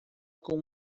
com